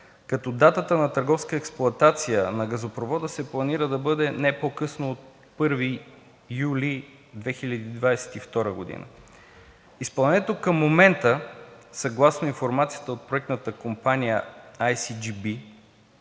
като датата на търговска експлоатация на газопровода се планира да бъде не по-късно от 1 юли 2022 г. Изпълнението към момента – съгласно информацията от проектната компания „Ай